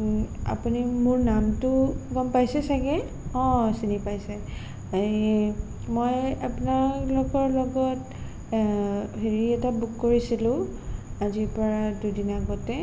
ও আপুনি মোৰ নামটো গম পাইছে ছাগে অ চিনি পাইছে এই মই আপোনালোকৰ লগত হেৰি এটা বুক কৰিছিলোঁ আজিৰ পৰা দুদিন আগতে